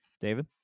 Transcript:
David